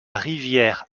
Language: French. rivière